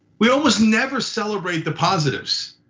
we almost never celebrate the positives.